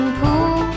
pool